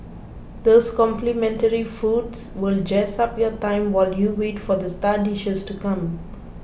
those complimentary foods will jazz up your time while you wait for the star dishes to come